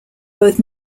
both